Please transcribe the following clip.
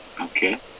Okay